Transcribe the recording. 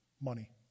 money